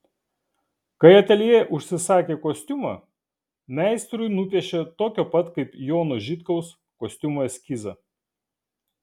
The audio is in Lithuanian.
kai ateljė užsisakė kostiumą meistrui nupiešė tokio pat kaip jono žitkaus kostiumo eskizą